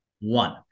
One